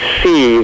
see